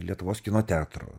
lietuvos kino teatro